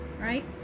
right